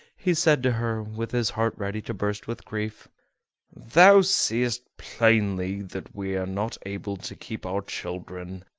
he said to her, with his heart ready to burst with grief thou seest plainly that we are not able to keep our children,